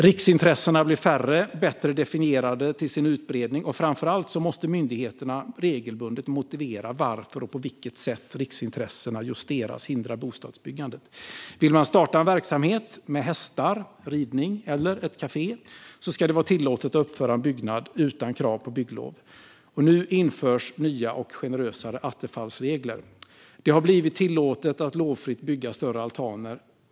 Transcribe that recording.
Riksintressena blir färre och bättre definierade till sin utbredning, och framför allt måste myndigheterna regelbundet motivera varför och på vilket sätt riksintressena hindrar just bostadsbyggandet. Vill man starta en verksamhet med hästar, ridning eller ett kafé ska det vara tillåtet att uppföra en byggnad utan krav på bygglov. Nu införs nya och generösare attefallsregler. Det har blivit tillåtet att lovfritt bygga större altaner.